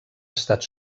estat